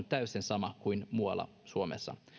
täysin samat kuin muualla suomessa